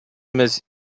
эмес